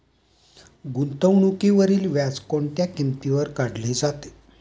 गुंतवणुकीवरील व्याज कोणत्या किमतीवर काढले जाते?